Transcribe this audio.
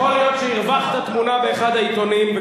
יכול להיות שהרווחת תמונה באחד העיתונים,